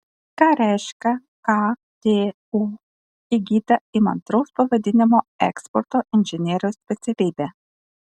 ką reiškia ktu įgyta įmantraus pavadinimo eksporto inžinieriaus specialybė